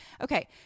Okay